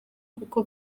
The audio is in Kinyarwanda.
kuko